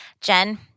Jen